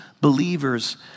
believers